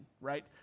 right